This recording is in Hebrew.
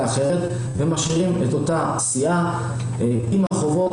אחרת ומשאירים את אותה סיעה עם החובות,